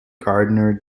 gardner